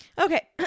Okay